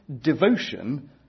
devotion